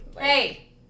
Hey